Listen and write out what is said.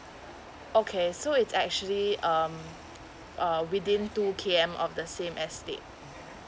okay so it's actually um uh within two K M of the same estate